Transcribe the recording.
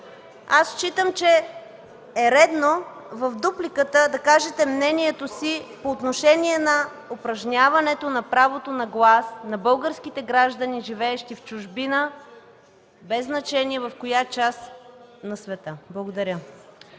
считам, че е редно в дупликата да кажете мнението си по отношение на упражняването на правото на глас на българските граждани, живеещи в чужбина, без значение в коя част на света. Благодаря.